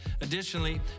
Additionally